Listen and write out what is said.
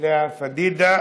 לאה פדידה.